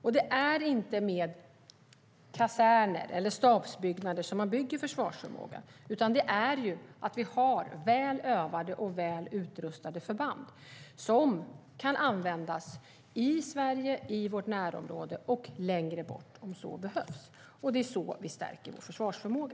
Det är inte med kaserner eller stabsbyggnader som man bygger försvarsförmåga. Det gör man genom att ha väl övade och väl utrustade förband som kan användas i Sverige, i vårt närområde och längre bort om så behövs. Det är på det sättet vi stärker vår försvarsförmåga.